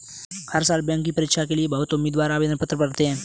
हर साल बैंक की परीक्षा के लिए बहुत उम्मीदवार आवेदन पत्र भरते हैं